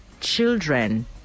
children